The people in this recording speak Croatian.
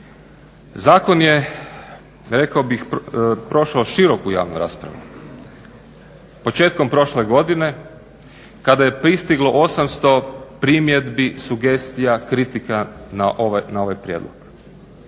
rekao bih prošao široku javnu raspravu. Početkom prošle godine kada je pristiglo 800 primjedbi, sugestija, kritika na ovaj prijedlog.